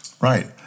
Right